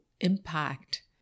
impact